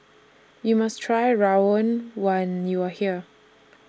YOU must Try Rawon when YOU Are here